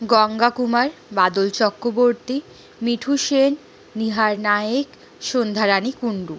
Ganga Kumar Badal Chakraborty Mithu Sen Nihar Nayek Sandhyarani Kundu